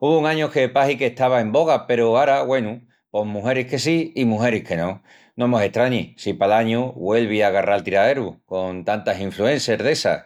Uvun añus que pahi qu'estava en boga peru ara, güenu, pos mugeris que sí i mugeris que no. No mos estrañi si pal añu güelvi a agarral tiraeru, con tantas influencers d'essas.